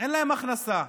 אין להם הכנסה.